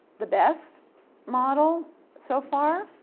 the best model so far.